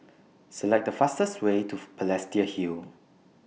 Select The fastest Way to Balestier Hill